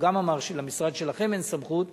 והוא אמר שגם למשרד שלכם אין סמכות,